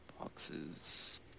boxes